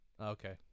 Okay